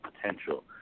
potential